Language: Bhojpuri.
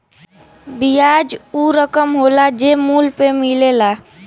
बियाज ऊ रकम होला जे मूल पे मिलेला